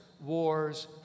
wars